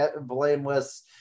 blameless